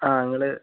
ആ നിങ്ങൾ